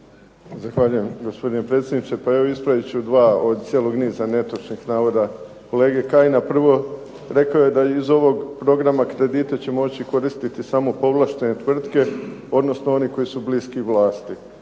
Zahvaljujem gospodine predsjedniče. Pa evo ispravit ću dva od cijelog niza netočnih navoda kolege Kajina. Prvo, rekao je da iz ovog programa kredita će moći koristiti samo povlaštene tvrtke, odnosno oni koji su bliski vlasti.